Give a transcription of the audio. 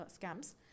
scams